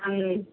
ம்